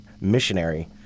missionary